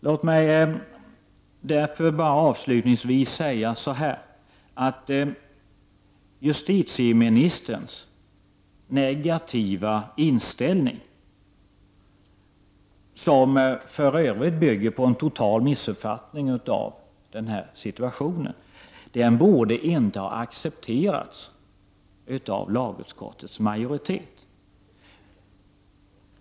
Låt mig bara avslutningsvis säga att justitieministerns negativa inställning, som för övrigt bygger på en total missuppfattning av situationen, inte borde ha accepterats av lagutskottets majoritet.